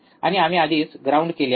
आणि आम्ही आधीच ग्राउंड केलेले आहेत